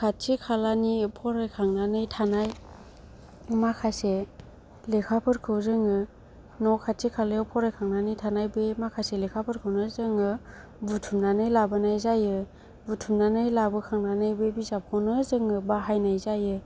खाथि खालानि फरायखांनानै थानाय माखासे लेखाफोरखौ जोङो न' खाथि खालायाव फरायखांनानै थानाय बे माखासे लेखाफोरखौनो जोङो बुथुमनानै लाबोनाय जायो बुथुमनानै लाबोखांनानै बे बिजाबखौनो जोङो बाहायनाय जायो